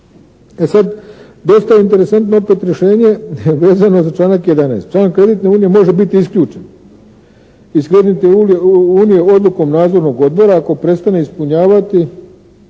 E sada, dosta interesantno opet rješenje vezano za članak 11. član kreditne unije može biti isključen iz kreditne unije odlukom nadzornog odbora ako prestane ispunjavati